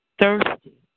thirsty